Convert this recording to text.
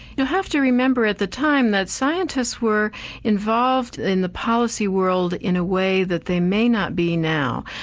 you have to remember at the time that scientists were involved in the policy world in a way that they may not be now.